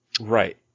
right